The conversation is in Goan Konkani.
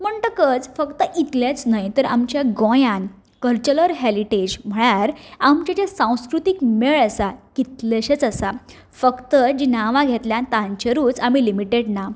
म्हणटकच इतलेंच न्हय तर आमच्या गोंयान कल्चरल हेरीटेज म्हळ्यार आमचे जे संस्कृतीक मेळ आसात कितलेशेच आसात फक्त जी नावां घेतल्यात तांचेरूच आमी लिमीटेड ना